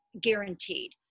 guaranteed